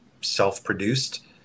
self-produced